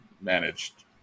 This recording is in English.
managed